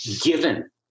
given